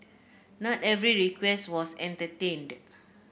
not every request was entertained